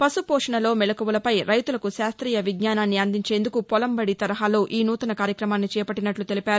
పశుపోషణలో మెలకువలపై రైతులకు శాస్ట్రీయ విజ్ఞానాన్ని అందించేందుకు పొలం బది తరహాలో ఈ నూతన కార్యక్రమాన్ని చేపట్టినట్ల తెలిపారు